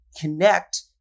connect